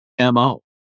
mo